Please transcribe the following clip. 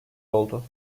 oldu